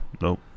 Nope